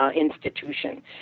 institution